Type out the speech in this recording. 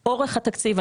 את אורך התקציב,